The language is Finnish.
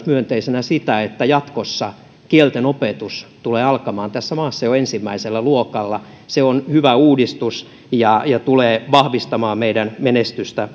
myönteisenä myös sitä että jatkossa kieltenopetus tulee alkamaan tässä maassa jo ensimmäisellä luokalla se on hyvä uudistus ja ja tulee vahvistamaan meidän menestystä